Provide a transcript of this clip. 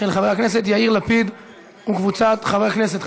של חבר הכנסת יאיר לפיד וקבוצת חברי הכנסת.